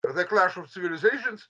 the clash of civilisations